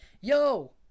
yo